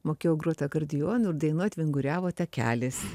mokėjau groti akordeonu ir dainuot vinguriavo takelis